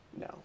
No